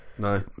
No